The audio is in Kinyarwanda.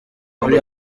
muri